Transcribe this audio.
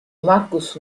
marcus